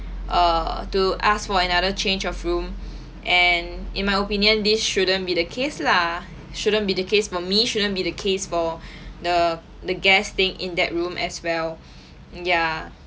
err to ask for another change of room and in my opinion this shouldn't be the case lah shouldn't be the case for me shouldn't be the case for the the guest staying in that room as well ya